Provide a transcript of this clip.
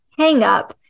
hangup